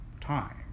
time